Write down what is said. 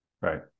Right